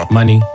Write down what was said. Money